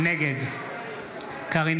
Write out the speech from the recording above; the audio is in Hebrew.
נגד קארין